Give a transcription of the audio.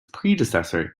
predecessor